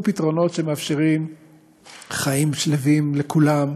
פתרונות שמאפשרים חיים שלווים לכולם,